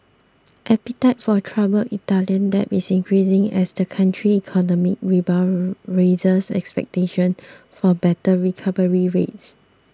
appetite for troubled Italian debt is increasing as the country's economic rebound raises expectations for better recovery rates